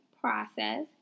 process